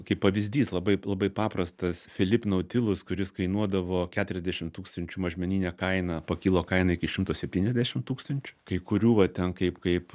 kaip pavyzdys labai labai paprastas filip nautilus kuris kainuodavo keturiasdešim tūkstančių mažmenine kaina pakilo kaina iki šimto septyniasdešim tūkstančių kai kurių vat ten kaip kaip